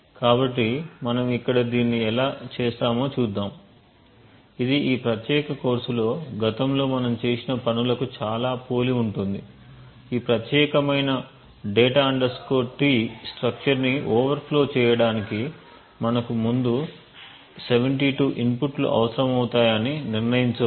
కాబట్టి మనం ఇక్కడ నుండి దీన్ని ఎలా చేస్తామో చూద్దాం ఇది ఈ ప్రత్యేక కోర్సులో గతంలో మనం చేసిన పనులకు చాలా పోలి ఉంటుంది ఈ ప్రత్యేకమైన data T స్ట్రక్చర్ ని ఓవర్ఫ్లో చేయడానికి మనకు ముందు 72 ఇన్పుట్లు అవసరమవుతాయని నిర్ణయించవచ్చు